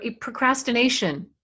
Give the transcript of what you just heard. Procrastination